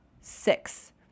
six